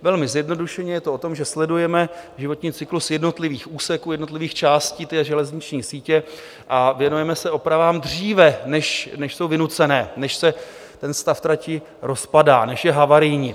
Velmi zjednodušeně, je to o tom, že sledujeme životní cyklus jednotlivých úseků, jednotlivých částí železniční sítě a věnujeme se opravám dříve, než jsou vynucené, než se stav trati rozpadá, než je havarijní.